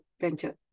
venture